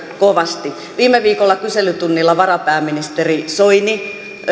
kovasti viime viikolla kyselytunnilla varapääministeri soini